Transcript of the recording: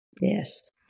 Yes